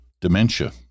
Dementia